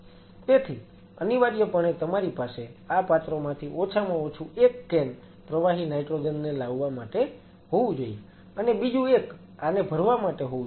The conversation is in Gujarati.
તેથી અનિવાર્યપણે તમારી પાસે આ પાત્રોમાંથી ઓછામાં ઓછું એક કેન પ્રવાહી નાઈટ્રોજન ને લાવવા માટે હોવું જોઈએ અને બીજું એક આને ભરવા માટે હોવું જોઈએ